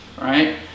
right